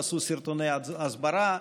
עשו סרטוני הסברה.